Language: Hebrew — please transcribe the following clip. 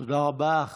תודה רבה.